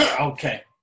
Okay